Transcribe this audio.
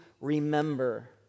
remember